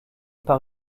par